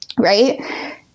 Right